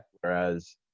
Whereas